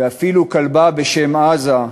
ואפילו כלבה בשם "עזה",